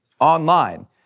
online